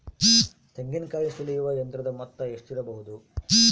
ತೆಂಗಿನಕಾಯಿ ಸುಲಿಯುವ ಯಂತ್ರದ ಮೊತ್ತ ಎಷ್ಟಿರಬಹುದು?